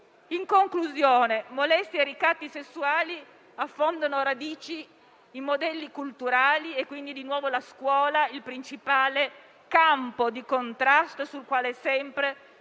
di lavoro. Molestie e ricatti sessuali affondano le radici in modelli culturali, quindi è di nuovo la scuola il principale campo di contrasto sul quale sempre